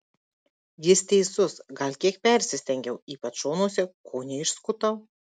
jis teisus gal kiek persistengiau ypač šonuose kone išskutau